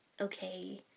Okay